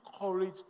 courage